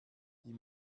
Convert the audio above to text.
die